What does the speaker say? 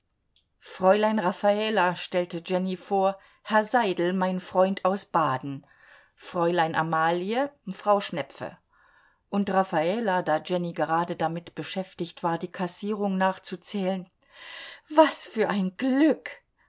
fräulein raffala stellte jenny vor herr seidel mein freund aus baden fräulein amalie frau schnepfe und raffala da jenny gerade damit beschäftigt war die kassierung nachzuzählen was für ein glück